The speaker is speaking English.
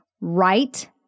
right